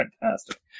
fantastic